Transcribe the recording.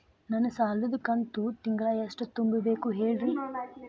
ನನ್ನ ಸಾಲದ ಕಂತು ತಿಂಗಳ ಎಷ್ಟ ತುಂಬಬೇಕು ಹೇಳ್ರಿ?